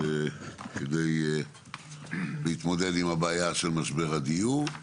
כדי להתמודד עם הבעיה של משבר הדיור.